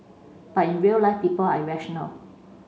but in real life people are irrational